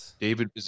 David